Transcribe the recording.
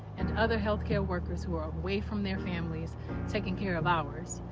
and other health care workers who are away from their families taking care of ours,